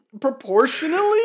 proportionally